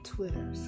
Twitter